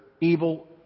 evil